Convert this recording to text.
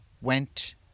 went